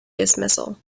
dismissal